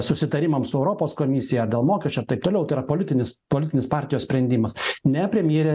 susitarimams su europos komisija ar dėl mokesčių ar taip toliau tai yra politinis politinės partijos sprendimas ne premjerė